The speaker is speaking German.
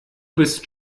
bist